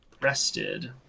rested